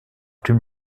dem